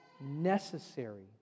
necessary